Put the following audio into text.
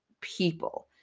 people